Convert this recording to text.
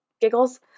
giggles